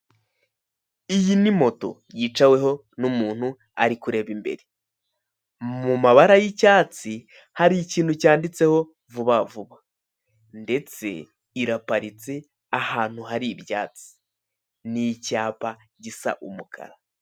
Iyi ni moto yicaweho n'umuntu ari kureba imbere. Mu mabara y'icyatsi hari ikintu cyanditseho Vuba Vuba. Ndetse iraparitse ahantu hari ibyatsi. N'icyapa gisa umukara.